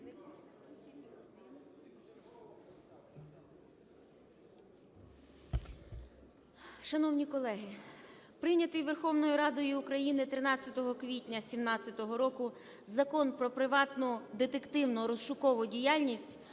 Шановні колеги, прийнятий Верховною Радою України 13 квітня 2017 року Закон "Про приватну детективну (розшукову) діяльність"